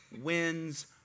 wins